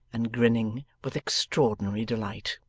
and grinning with extraordinary delight.